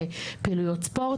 לפעילויות ספורט.